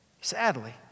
Sadly